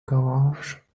garage